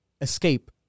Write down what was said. escape